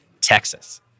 Texas